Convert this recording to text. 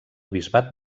bisbat